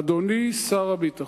אדוני שר הביטחון,